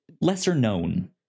lesser-known